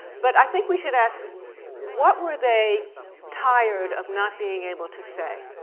but i think we should ask what were they tired of not being able to say.